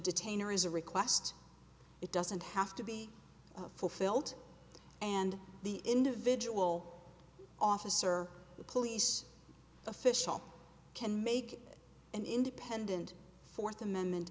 detainer is a request it doesn't have to be fulfilled and the individual office or the police official can make an independent fourth amendment